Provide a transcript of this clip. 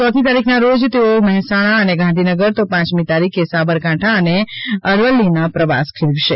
ચોથી તારીખના રોજ તેઓ મહેસાણા અને ગાંધીનગર તો પાંચમી તારીખે સાબરકાંઠા અને અરાવલીનો પ્રવાસ ખેડશે